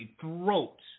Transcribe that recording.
throat